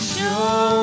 Show